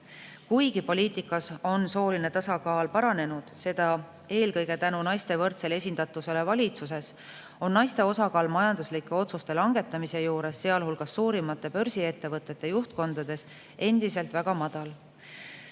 Kuigi poliitikas on sooline tasakaal paranenud, seda eelkõige tänu naiste võrdsele esindatusele valitsuses, on naiste osakaal majanduslike otsuste langetamise juures, sealhulgas suurimate börsiettevõtete juhtkondades, endiselt väga madal.